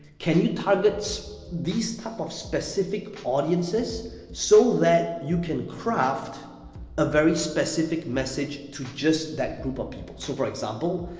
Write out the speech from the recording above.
can you target these type of specific audiences so that you can craft a very specific message to just that group of people. so, for example,